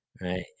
Right